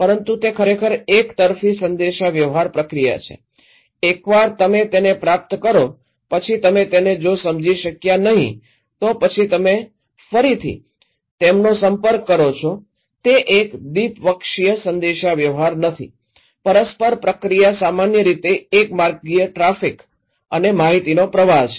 પરંતુ તે ખરેખર એકતરફી સંદેશાવ્યવહાર પ્રક્રિયા છે એકવાર તમે તેને પ્રાપ્ત કરો પછી તમે તેને જો સમજી શક્યા નહીં તો પછી તમે ફરીથી તેમનો સંપર્ક કરો છો તે એક દ્વિપક્ષી સંદેશાવ્યવહાર નથી પરસ્પર પ્રક્રિયા સામાન્ય રીતે એક માર્ગીય ટ્રાફિક અને માહિતીનો પ્રવાહ છે